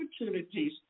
opportunities